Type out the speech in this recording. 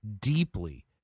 deeply